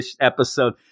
episode